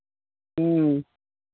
ह्म्म